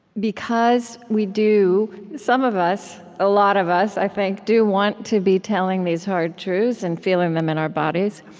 because we do, some of us, a lot of us, i think, do want to be telling these hard truths and feeling them in our bodies,